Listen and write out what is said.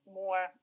more